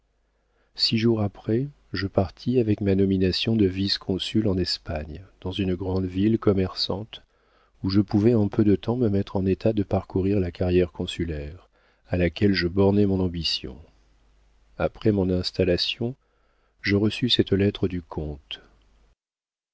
six jours après je partis avec ma nomination de vice consul en espagne dans une grande ville commerçante où je pouvais en peu de temps me mettre en état de parcourir la carrière consulaire à laquelle je bornai mon ambition après mon installation je reçus cette lettre du comte